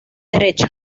derecho